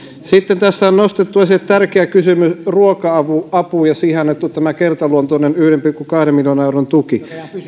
sitten tässä on nostettu esille tärkeä kysymys ruoka apu ja siihen annettu kertaluontoinen yhden pilkku kahden miljoonan euron tuki